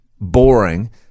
boring